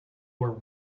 were